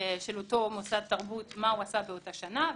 אותו מוסד תרבות מה הוא עשה באותה שנה,